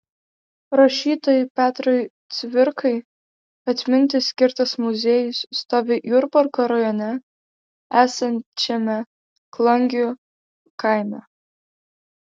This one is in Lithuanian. rašytojui petrui cvirkai atminti skirtas muziejus stovi jurbarko rajone esančiame klangių kaime